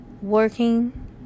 working